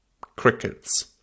Crickets